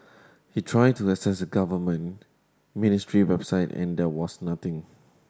he'd tried to access a government ministry website and there was nothing